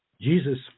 Jesus